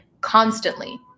constantly